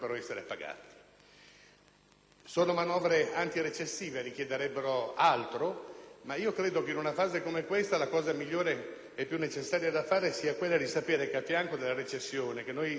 Sono manovre antirecessive. Richiederebbero altro, ma credo che in una fase come questa la cosa migliore e più necessaria da fare è sapere che alla recessione, che noi vediamo esplicarsi con numeri freddi,